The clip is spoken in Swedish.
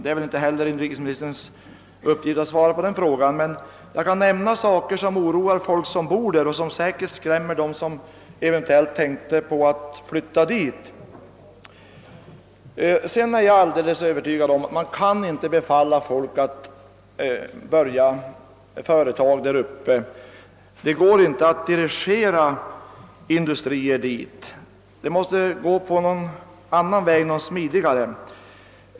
Det är väl inte inrikesministerns uppgift att svara på dessa frågor, men jag vill nämna något av det som oroar folk som bor i trakten och säkert skrämmer dem som eventuellt ämnat flytta dit. Jag är alldeles övertygad om att man inte kan befalla folk att starta företag uppe i dessa bygder. Det går inte att dirigera industrier dit. Man måste söka en annan, smidigare väg.